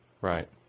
Right